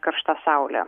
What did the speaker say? karšta saule